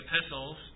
epistles